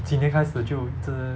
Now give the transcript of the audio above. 几年开始就一直